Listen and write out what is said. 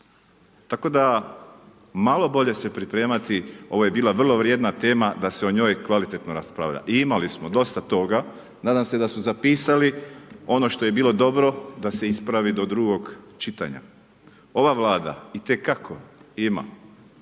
Tako da malo bolje se pripremati, ovo je bila vrlo vrijedna tema da se o njoj kvalitetno raspravlja i imali smo dosta toga, nadam se da su zapisali ono što je bilo dobro da se ispravi do drugog čitanja. Ova Vlada itekako ima